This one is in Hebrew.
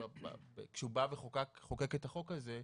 כשהוא בא וחוקק את החוק הזה,